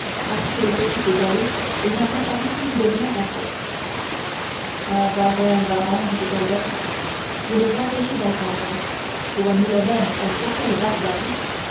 a pris les petites allées et n'a reparu qu'une demi-heure après ah baron baron dit albert vous nous empêchez d'entendre pour un mélomane comme vous quelle barbarie